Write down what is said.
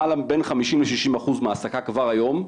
בין 50 ל-60 אחוז מהעסקה כבר היום,